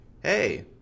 Hey